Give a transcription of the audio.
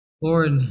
Lord